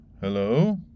Hello